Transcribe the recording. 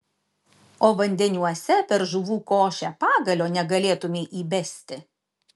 o vandeniuose per žuvų košę pagalio negalėtumei įbesti